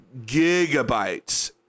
gigabytes